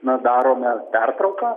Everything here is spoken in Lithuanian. na darome pertrauką